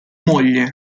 moglie